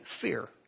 fear